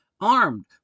armed